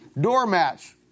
doormats